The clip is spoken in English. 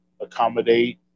accommodate